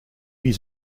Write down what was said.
his